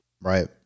right